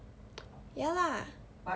ya lah